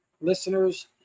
listeners